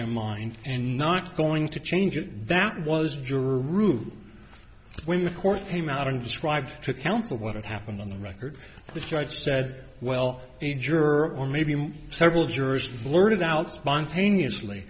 their mind and not going to change it that was juror room when the court came out and described to counsel what had happened on the record the judge said well a juror or maybe several jurors blurted out spontaneously